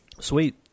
Sweet